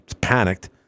panicked